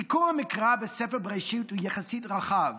סיקור המקרא בספר בראשית יחסית רחב: